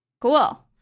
Cool